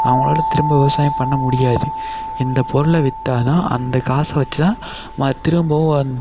அவங்களால் திரும்ப விவசாயம் பண்ண முடியாது இந்த பொருளை விற்றா தான் அந்த காசை வச்சு தான் ம திரும்பவும் வந்